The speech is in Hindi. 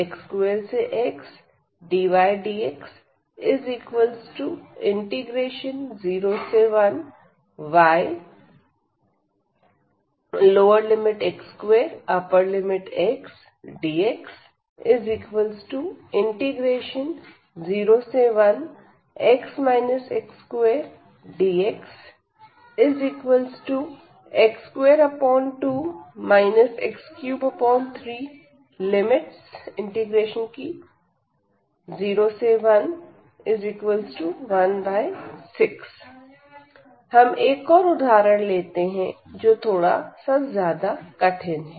01x2xdydx01yx2xdx01dxx22 x330116 हम एक और उदाहरण लेते हैं जो थोड़ा सा ज्यादा कठिन है